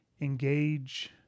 engage